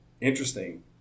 interesting